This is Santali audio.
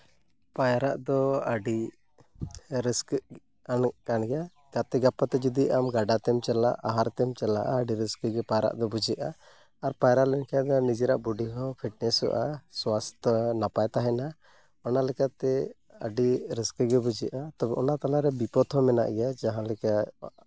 ᱯᱟᱭᱨᱟᱜ ᱫᱚ ᱟᱹᱰᱤ ᱨᱟᱹᱥᱠᱟᱹ ᱮᱱᱮᱡ ᱠᱟᱱ ᱜᱮᱭᱟ ᱜᱟᱛᱮ ᱜᱟᱯᱟᱛᱮ ᱡᱩᱫᱤ ᱟᱢ ᱜᱟᱰᱟᱛᱮᱢ ᱪᱟᱞᱟᱜᱼᱟ ᱟᱦᱟᱨ ᱠᱚᱢᱛᱮᱢ ᱪᱟᱞᱟᱜ ᱟᱹᱰᱤ ᱨᱟᱹᱥᱠᱟᱹ ᱜᱮ ᱯᱟᱭᱨᱟᱜ ᱫᱚ ᱵᱩᱡᱷᱟᱹᱜᱼᱟ ᱟᱨ ᱯᱟᱭᱨᱟ ᱞᱮᱱᱠᱷᱟᱱ ᱫᱚ ᱱᱤᱡᱮᱨᱟᱜ ᱵᱚᱰᱤ ᱦᱚᱸ ᱯᱷᱤᱴᱱᱮᱥᱚᱜᱼᱟ ᱥᱟᱥᱛᱷᱚ ᱱᱟᱯᱟᱭ ᱛᱟᱦᱮᱱᱟ ᱚᱱᱟ ᱞᱮᱠᱟᱛᱮ ᱟᱹᱰᱤ ᱨᱟᱹᱥᱠᱟᱹᱜᱮ ᱵᱩᱡᱷᱟᱹᱜᱼᱟ ᱛᱟᱨᱯᱚᱨ ᱚᱱᱟ ᱛᱟᱞᱟᱨᱮ ᱵᱤᱯᱚᱫ ᱦᱚᱸ ᱢᱮᱱᱟᱜ ᱜᱮᱭᱟ ᱡᱟᱦᱟᱸ ᱠᱮᱠᱟ